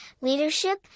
leadership